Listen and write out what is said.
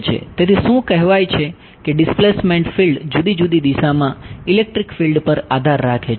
તેથી શું કહેવાય છે કે ડિસ્પ્લેસ્મેંટ ફિલ્ડ જુદી જુદી દિશામાં ઇલેક્ટ્રિક ફિલ્ડ પર આધાર રાખે છે